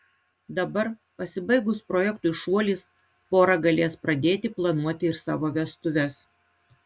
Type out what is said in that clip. dabar pasibaigus projektui šuolis pora galės pradėti planuoti ir savo vestuves